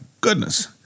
goodness